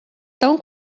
tão